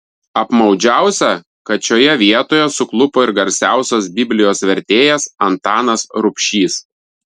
apmaudžiausia kad šioje vietoje suklupo ir garsiausias biblijos vertėjas antanas rubšys